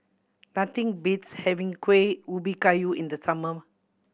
nothing beats having Kuih Ubi Kayu in the summer